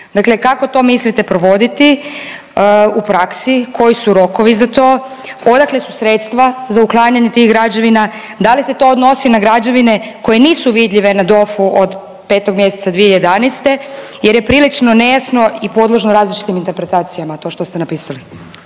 Dakle, kako to mislite provoditi u praksi, koji su rokovi za to, odakle su sredstva za uklanjanje tih građevina? Da li se to odnosi na građevine koje nisu vidljive na DOF-u od 5. mjeseca 2011. jer je prilično nejasno i podložno različitim interpretacijama to što ste napisali?